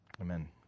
Amen